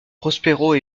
prospero